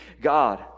God